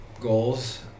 goals